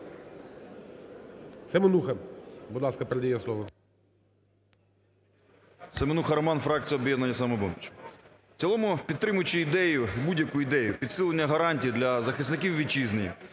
Семенуха, будь ласка. Передає слово.